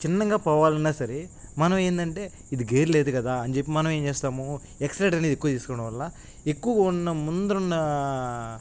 చిన్నగా పోవాలన్న సరే మనం ఏంటంటే ఇది గేర్ లేదు కాదా అని చెప్పి మనం ఏం చేస్తాము ఎక్సలేటర్ అనేది ఎక్కువ తీసుకోవడం వల్ల ఎక్కువగా ఉన్న ముందుర ఉన్న